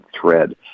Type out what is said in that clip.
thread